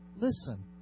listen